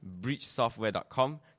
breachsoftware.com